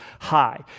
high